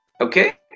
okay